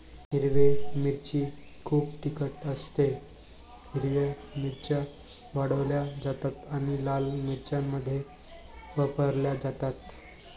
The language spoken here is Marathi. हिरवी मिरची खूप तिखट असतेः हिरव्या मिरच्या वाळवल्या जातात आणि लाल मिरच्यांमध्ये वापरल्या जातात